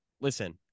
Listen